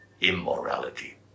immorality